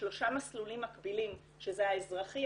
שלושה מסלולים מקבילים שזה האזרחי,